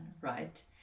right